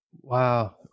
Wow